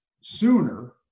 sooner